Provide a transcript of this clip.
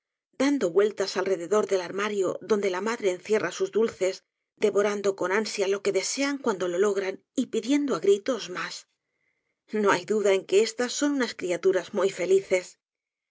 dando vueltas alrededor del armario donde la madre encierra sus dulces devorando con ansia lo que desean cuandc lo logran y pidiendo á gritos mas no hay duda en que estas son unas criaturas muy felices